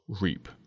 reap